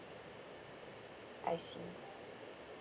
I see